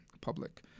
public